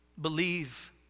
believe